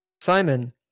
Simon